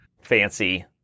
fancy